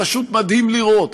פשוט מדהים לראות